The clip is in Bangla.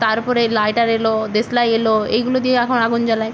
তার পরে লাইটার এল দেশলাই এল এইগুলো দিয়ে এখন আগুন জ্বালায়